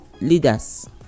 leaders